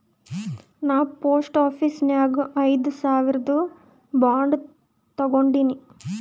ನಾ post office ನಾಗ್ ಐಯ್ದ ಸಾವಿರ್ದು ಬಾಂಡ್ ತಗೊಂಡಿನಿ